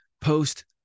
post